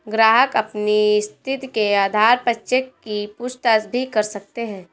ग्राहक अपनी स्थिति के आधार पर चेक की पूछताछ भी कर सकते हैं